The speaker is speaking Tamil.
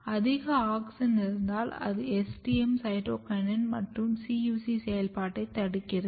அதிக ஆக்ஸின் இருந்தால் அது STM சைட்டோகினின் மற்றும் CUC செயல்பாட்டைத் தடுக்கிறது